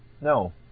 No